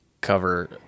cover